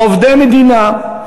עובדי מדינה,